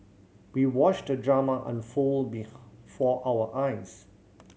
we watched the drama unfold before our eyes